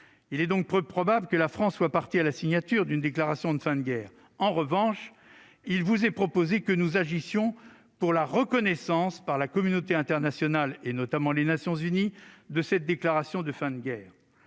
Il paraît donc peu probable que la France soit partie à la signature d'une déclaration de fin de la guerre. En revanche, il est ici proposé que nous agissions pour la reconnaissance par la communauté internationale, et notamment par les Nations unies, de cette déclaration de fin de guerre.